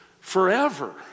forever